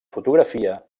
fotografia